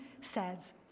says